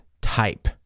type